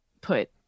put